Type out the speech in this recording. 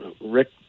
Rick